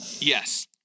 yes